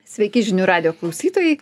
sveiki žinių radijo klausytojai